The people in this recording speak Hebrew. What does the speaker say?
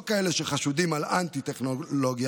לא כאלה שחשודים באנטי-טכנולוגיה,